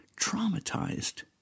traumatized